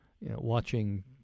watching